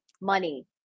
money